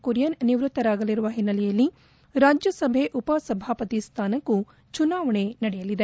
ಕುರಿಯನ್ ನಿವ್ಯತ್ತರಾಗಲಿರುವ ಹಿನ್ನೆಲೆಯಲ್ಲಿ ರಾಜ್ಯಸಭೆ ಉಪಸಭಾಪತಿ ಸ್ವಾನಕ್ಕೂ ಚುನಾವಣೆ ನಡೆಯಲಿದೆ